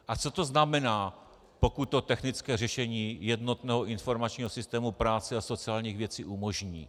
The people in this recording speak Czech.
A co to znamená, pokud to technické řešení jednotného informačního systému práce a sociálních věcí umožní?